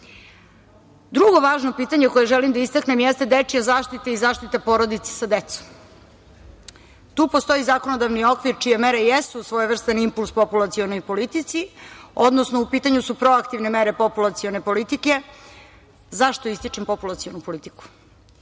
važno pitanje koje želim da istaknem jeste dečija zaštita i zaštita porodice sa decom. Tu postoji zakonodavni okvir čije mere jesu svojevrstan impuls populacionoj politici, odnosno u pitanju su proaktivne mere populacione politike. Zašto ističem populacionu politiku?